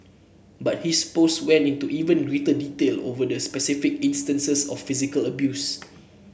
but his post went into even greater detail over the specific instances of physical abuse